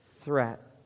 threat